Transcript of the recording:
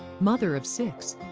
mother of six.